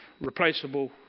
replaceable